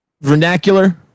vernacular